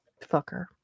Fucker